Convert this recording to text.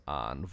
on